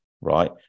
right